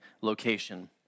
location